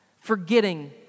forgetting